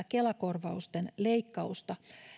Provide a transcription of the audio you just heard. kela korvausten leikkauksen